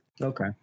Okay